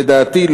לדעתי,